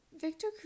Victor